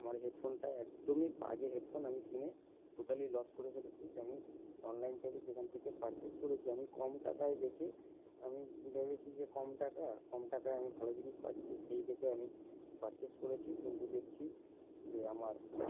আমার হেডফোনটা একদমই বাজে হেডফোন আমি কিনে টোটালি লস করে ফেলেছি আমি অনলাইন থেকে যেখান থেকে পারচেস করেছি আমি কম টাকায় দেখে আমি ভেবেছি যে কম টাকা কম টাকায় আমি ভালো জিনিস পাচ্ছি সেই দেখে আমি পারচেস করেছি কিন্তু দেখছি যে আমার